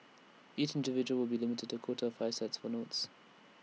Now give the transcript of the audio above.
each individual will be limited to quota five sets for notes